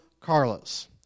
Carlos